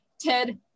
Ted